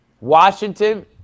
Washington